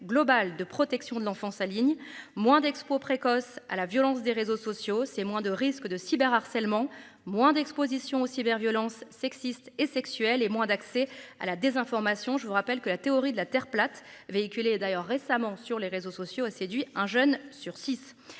global de protection de l'enfance aligne moins d'expo précoce à la violence des réseaux sociaux. C'est moins de risque de cyber harcèlement moins d'Exposition au cyber. Violences sexistes et sexuelles et moi d'accès à la désinformation, je vous rappelle que la théorie de la Terre plate. D'ailleurs récemment sur les réseaux sociaux a séduit un jeune sur six